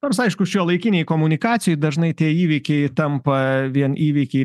nors aišku šiuolaikinėj komunikacijoj dažnai tie įvykiai tampa vien įvykiai